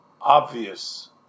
obvious